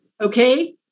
Okay